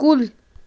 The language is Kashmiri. کُل